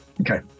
Okay